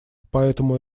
поэтому